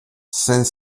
cinq